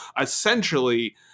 essentially